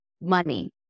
money